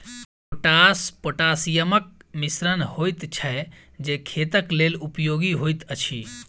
potash पोटासियमक मिश्रण होइत छै जे खेतक लेल उपयोगी होइत अछि